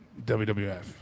WWF